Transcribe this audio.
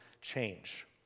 change